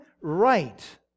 right